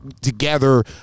together